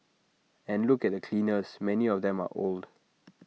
and look at the cleaners many of them are old